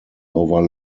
over